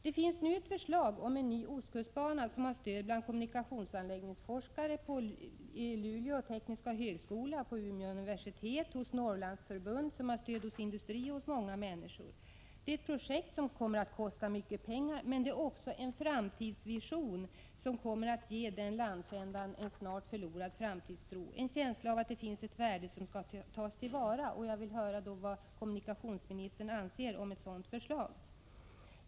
Det finns nu ett förslag om ny ostkustbana som har stöd bland kommunikationsanläggningsforskare vid Luleå tekniska högskola och Umeå universitet, hos Norrlandsförbund, hos industri och hos många människor. Det är ett projekt som kommer att kosta mycket pengar, men det är också en framtidsvision som kommer att ge landsändan en annars snart förlorad framtidstro, en känsla av att det finns ett värde som skall tas till vara. Jag vill höra vad kommunikationsministern anser om ett sådant förslag.